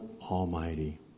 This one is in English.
Almighty